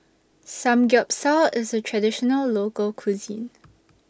Samgyeopsal IS A Traditional Local Cuisine